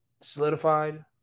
solidified